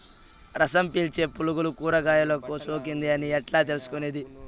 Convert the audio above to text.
రసం పీల్చే పులుగులు కూరగాయలు కు సోకింది అని ఎట్లా తెలుసుకునేది?